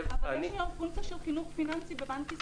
אבל יש היום פונקציה של חינוך פיננסי בבנק ישראל.